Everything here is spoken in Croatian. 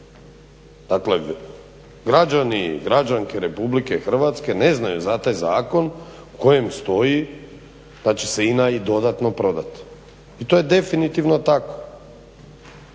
Dakle građani i građanke RH ne znaju za taj zakon u kojem stoji da će se INA i dodatno prodati i to je definitivno tako.